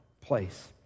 place